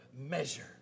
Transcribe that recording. measure